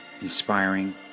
inspiring